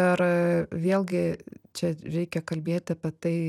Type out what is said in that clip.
ir vėlgi čia reikia kalbėti apie tai